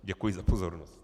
Děkuji za pozornost.